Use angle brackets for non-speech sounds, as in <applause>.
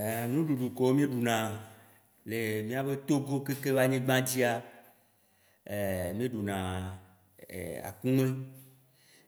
Ein, nuɖuɖu kewo mì ɖuna le miabe Togo kekeŋ ba nyigba dzia, <hesitation> mi ɖuna <hesitation> akumɛ,